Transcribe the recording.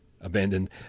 abandoned